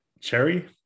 Cherry